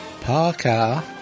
Parker